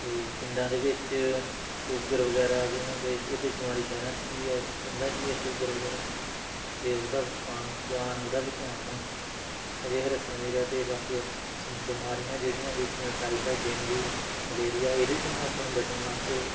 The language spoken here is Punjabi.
ਅਤੇ ਪਿੰਡਾਂ ਦੇ ਵਿੱਚ ਸ਼ੂਗਰ ਵਗੈਰਾ ਜਿਵੇਂ ਕਿ ਸ਼ ਇਹ ਤਾਂ ਬਿਮਾਰੀ ਸ਼ਹਿਰਾਂ 'ਚ ਵੀ ਹੈ ਪਿੰਡਾਂ 'ਚ ਵੀ ਐ ਸ਼ੂਗਰ ਵਗੈਰਾ ਅਤੇ ਉਹਦਾ ਖਾਣ ਪਾਣ ਉਹਦਾ ਵੀ ਧਿਆਨ ਹਣਾ ਅਜੇ ਰੱਖਣਾ ਚਾਹੀਦਾ ਅਤੇ ਬਾਕੀ ਬਿਮਾਰੀਆਂ ਜਿਹੜੀਆਂ ਵੀ ਜਿਵੇਂ ਟਾਈਫਾਇਡ ਡੇਂਗੂ ਮਲੇਰੀਆ ਇਹਦੇ ਤੋਂ ਆਪਾਂ ਨੂੰ ਬਚਣ ਵਾਸਤੇ